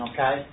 Okay